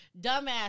dumbass